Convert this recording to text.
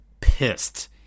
pissed